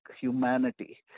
humanity